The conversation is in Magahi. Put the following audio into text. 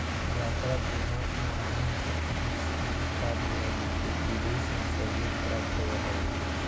यात्रा बीमा के माध्यम से चिकित्सकीय कार्य लगी भी विदेश में सहयोग प्राप्त होवऽ हइ